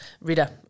Rita